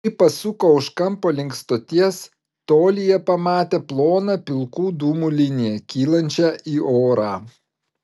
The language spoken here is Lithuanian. kai pasuko už kampo link stoties tolyje pamatė ploną pilkų dūmų liniją kylančią į orą